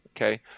okay